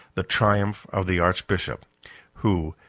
the triumph of the archbishop who,